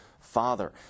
father